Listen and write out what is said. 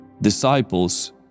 Disciples